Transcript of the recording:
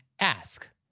ask